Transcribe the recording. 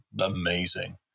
amazing